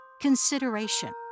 consideration